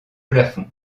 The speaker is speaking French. plafond